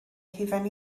hufen